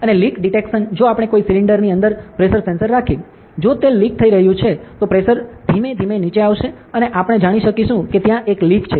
અને leak detection જો આપણે કોઈ સિલિન્ડર ની અંદર પ્રેશર સેન્સર રાખીએ જો તે લીક થઈ રહ્યું છે તો પ્રેશર ધીમે ધીમે નીચે આવશે અને આપણે જાણી શકીશું કે ત્યાં એક લીક છે